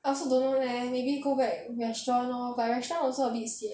I also don't know leh maybe go back restaurant lor but restaurant also a bit sian